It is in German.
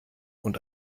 und